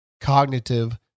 cognitive